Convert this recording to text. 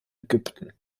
ägypten